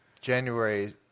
January